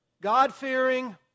God-fearing